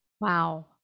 Wow